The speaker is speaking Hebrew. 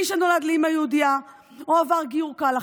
מי שנולד לאימא יהודייה או עבר גיור כהלכה,